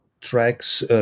tracks